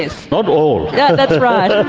yes. not all. yeah that's right.